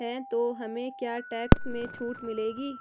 हैं तो हमें क्या टैक्स में छूट मिलेगी?